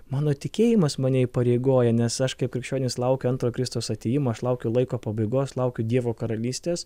mano tikėjimas mane įpareigoja nes aš kaip krikščionis laukiu antro kristaus atėjimo aš laukiu laiko pabaigos laukiu dievo karalystės